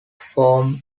form